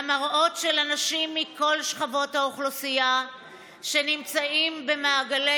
המראות של אנשים מכל שכבות האוכלוסייה שנמצאים במעגלי